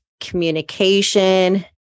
communication